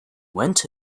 went